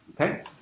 Okay